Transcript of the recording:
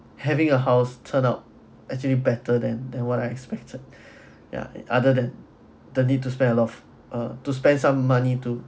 having a house turnout actually better than than what I expected yeah other than the need to spend of uh to spend some money to